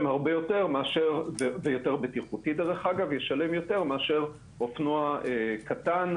וזה יותר בטיחותי אגב, ישלם יותר מאשר אופנוע קטן.